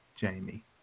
Jamie